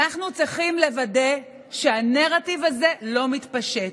אנחנו צריכים לוודא שהנרטיב הזה לא מתפשט,